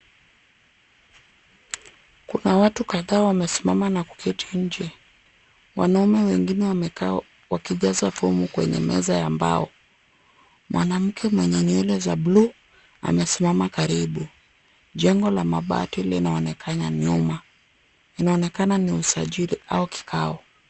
Kuna watu kadhaa wamesimama na kuketi nje, wanaume wengine wamekaa wakijaza fomu kwenye meza ya mbao. Mwanamke mwenye nywele za bluu amesimama karibu, jengo la mabati linaonekana nyuma, inaonekana ni usajili au kikao.